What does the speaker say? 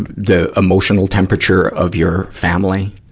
and the emotional temperature of your family.